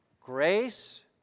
Grace